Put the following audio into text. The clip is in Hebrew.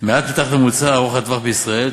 מעט מתחת לממוצע ארוך הטווח בישראל,